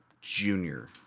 junior